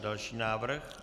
Další návrh.